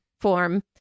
form